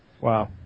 Wow